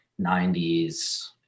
90s